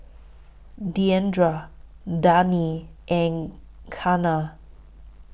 Diandra Daneen and Kianna